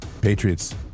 Patriots